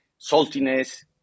saltiness